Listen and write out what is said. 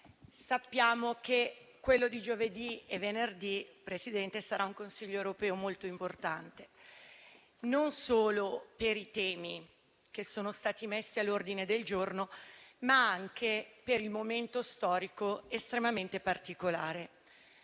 sappiamo che quello di giovedì e venerdì sarà un Consiglio europeo molto importante non solo per i temi all'ordine del giorno, ma anche per il momento storico estremamente particolare.